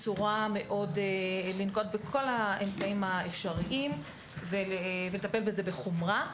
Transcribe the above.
לנקוט בכל האמצעים האפשריים ולטפל בזה בחומרה.